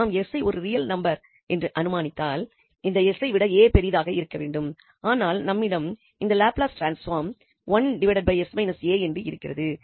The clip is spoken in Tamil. நாம் 𝑠 ஐ ஒரு ரியல் நம்பர் என்று அனுமானித்தால் இந்த 𝑠 ஐ விட 𝑎 பெரிதாக இருக்கவேண்டும் ஆனால் நம்மிடம் இந்த லாப்லஸ் டிரான்ஸ்பாம் என்று இருக்கிறது